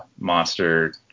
monster